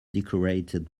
decorated